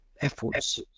efforts